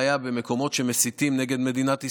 במקומות שבהם מסיתים נגד מדינת ישראל,